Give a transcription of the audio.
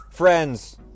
Friends